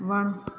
वणु